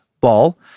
ball